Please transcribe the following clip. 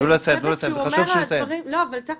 אין לה כשלעצמה איזו מומחיות מצטברת --- אדוני סיים